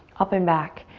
up and back.